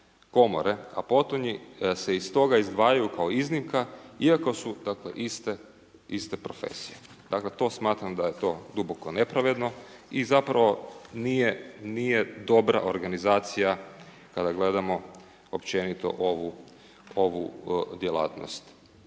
a potonji se iz toga izdvajaju kao iznimka iako su dakle iste profesije. Dakle to smatram da je to duboko nepravedno i zapravo nije dobra organizacija kada gledamo općenito ovu djelatnost.